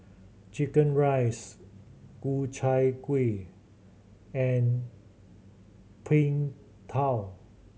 chicken rice Ku Chai Kuih and Png Tao